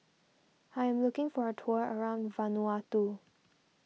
I am looking for a tour around Vanuatu